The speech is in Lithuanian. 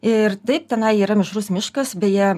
ir taip tenai yra mišrus miškas beje